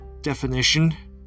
definition